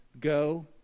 Go